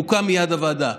תוקם מייד הוועדה.